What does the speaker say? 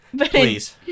please